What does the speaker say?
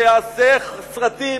שיעשה סרטים